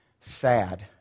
sad